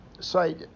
Site